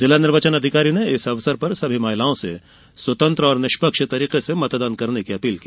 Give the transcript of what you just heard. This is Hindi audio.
जिला निर्वाचन अधिकारी ने इस अवसर पर सभी महिलाओं से स्वतंत्र और निष्पक्ष तरीके से मतदान करने की अपील की